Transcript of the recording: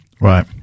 right